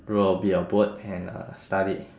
row a bit of boat and uh study